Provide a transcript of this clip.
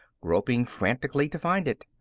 groping frantically to find it.